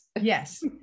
Yes